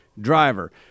driver